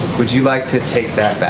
would you like to take that back?